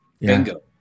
bingo